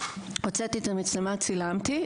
הוצאתי את המצלמה וצילמתי,